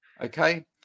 Okay